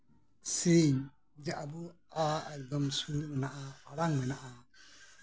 ᱟᱰᱤ ᱥᱮᱨᱮᱧ ᱟᱵᱚᱣᱟᱜ ᱥᱩᱨ ᱢᱮᱱᱟᱜᱼᱟ ᱟᱲᱟᱝ ᱢᱮᱱᱟᱜᱼᱟ